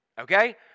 Okay